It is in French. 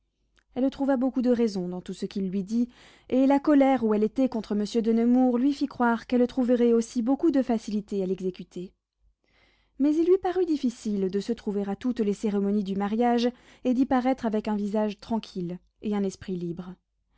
elle trouva beaucoup de raison dans tout ce qu'il lui dit et la colère où elle était contre monsieur de nemours lui fit croire qu'elle trouverait aussi beaucoup de facilité à l'exécuter mais il lui parut difficile de se trouver à toutes les cérémonies du mariage et d'y paraître avec un visage tranquille et un esprit libre